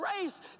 grace